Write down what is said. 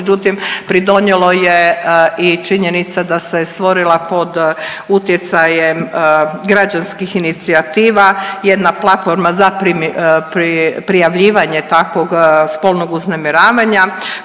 međutim pridonjelo je i činjenica da se stvorila pod utjecajem građanskih inicijativa jedna platforma za prijavljivanje takvog spolnog uznemiravanja